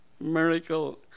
miracle